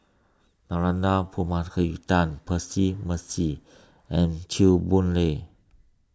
Narana Percy Mercy and Chew Boon Lay